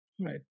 Right